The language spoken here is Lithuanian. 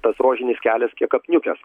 tas rožinis kelias kiek apniukęs